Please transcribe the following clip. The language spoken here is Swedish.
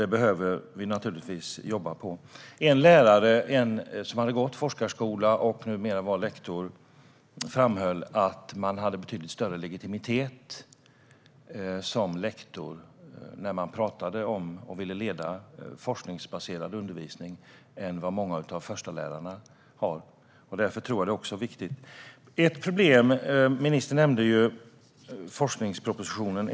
Det behöver vi naturligtvis jobba på. En lärare, som hade gått forskarskola och som numera var lektor, framhöll att man som lektor har betydligt större legitimitet när man pratar om och vill leda forskningsbaserad undervisning än många av förstelärarna har. Därför är det viktigt. Ministern nämnde forskningspropositionen.